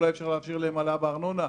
אולי אפשר לאפשר לה העלאה בארנונה.